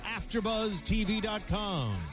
AfterBuzzTV.com